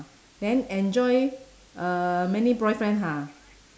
then enjoy uh many boyfriend ha